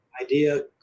Idea